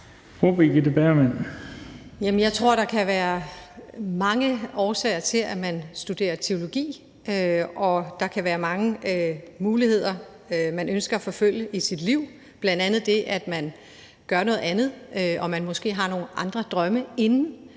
Jeg tror, der kan være mange årsager til, at man studerer teologi. Der kan være mange muligheder, man ønsker at forfølge i sit liv, bl.a., at man gør noget andet. Man har måske nogle andre drømme,